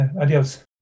Adios